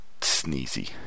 sneezy